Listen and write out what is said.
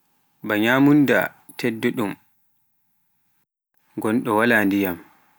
Mba nyamunda teddu ɗum ngonɗo waala ndiyaam.